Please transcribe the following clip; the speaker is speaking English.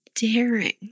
daring